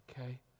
okay